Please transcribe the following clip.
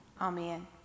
Amen